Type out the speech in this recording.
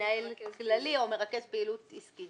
מנהל כללי או מרכז פעילות עסקית,